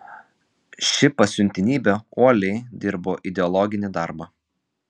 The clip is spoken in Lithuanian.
ši pasiuntinybė uoliai dirbo ideologinį darbą